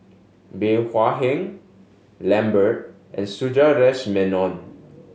Bey Hua Heng Lambert and Sundaresh Menon